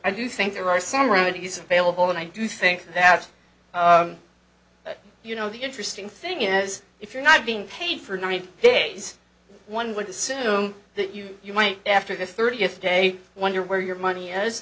i do think there are some rarities available and i do think that you know the interesting thing is if you're not being paid for ninety days one would assume that you you might after this thirty fifth day wonder where your money is